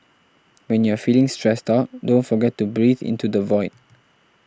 when you are feeling stressed out don't forget to breathe into the void